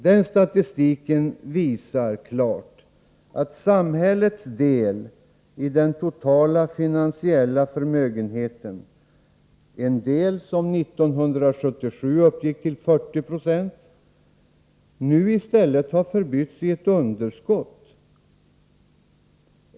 Den statistiken visar klart att samhällets del i den totala finansiella förmögenheten, som 1977 uppgick till 40 96, nu har förbytts i ett underskott.